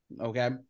okay